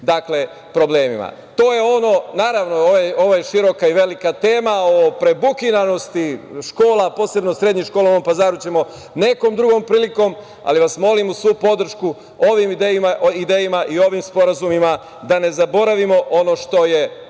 teškim problemima. Naravno, ovo je široka i velika tema, a o prebukiranosti škola, posebno srednjih škola u Novom Pazaru, ćemo nekom drugom prilikom, ali vas molim, uz svu podršku ovim idejama i ovim sporazumima, da ne zaboravimo ono što je